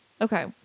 Okay